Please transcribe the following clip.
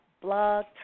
Blog